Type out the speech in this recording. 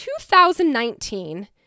2019